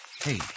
Hey